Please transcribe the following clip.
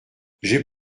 j’ai